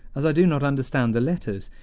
as i do not understand the letters.